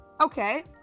Okay